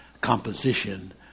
composition